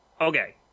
okay